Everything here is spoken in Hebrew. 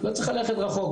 לא צריך ללכת רחוק,